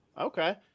Okay